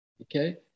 okay